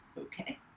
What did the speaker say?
okay